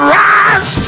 rise